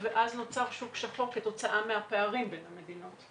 ואז נוצר שוק שחור כתוצאה מהפערים בין המדינות.